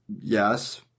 Yes